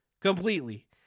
completely